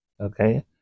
Okay